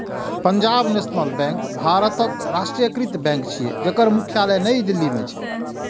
Punjab national bank भारतक राष्ट्रीयकृत bank छियै, जेकर मुख्यालय नई दिल्ली मे छै